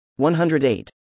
108